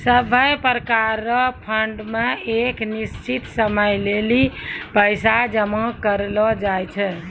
सभै प्रकार रो फंड मे एक निश्चित समय लेली पैसा जमा करलो जाय छै